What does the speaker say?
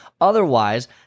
Otherwise